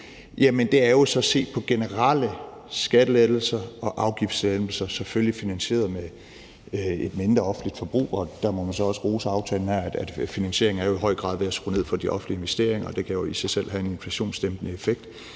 så er at se på generelle skattelettelser og afgiftslettelser, selvfølgelig finansieret med et mindre offentligt forbrug. Der må man så også rose aftalen her, fordi finansieringen i høj grad findes ved at skrue ned for de offentlige investeringer, og det kan jo i sig selv have en inflationsdæmpende effekt.